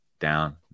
down